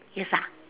yes ah